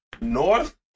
North